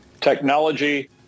technology